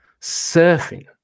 surfing